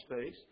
space